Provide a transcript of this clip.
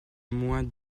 moins